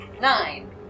Nine